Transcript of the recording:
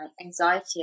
anxiety